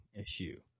issue